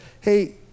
Hey